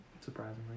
Surprisingly